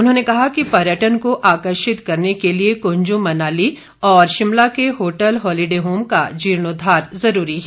उन्होंने कहा कि पर्यटन को आर्किषत करने के लिए कुंजुम मनाली और शिमला के होटल होलीडे होम का जीर्णोद्वार जरूरी है